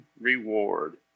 reward